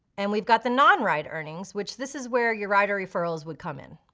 and we've got the non-ride earnings, which this is where your rider referrals would come in.